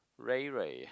Ray Ray